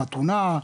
חתונה,